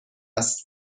است